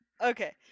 Okay